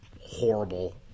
horrible